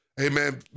amen